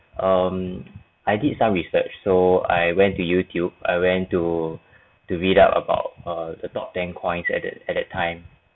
um I did some research so I went to youtube I went to to read up about err the top ten coins at that at that time